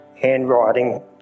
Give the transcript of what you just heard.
handwriting